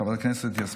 חבר הכנסת אבי מעוז,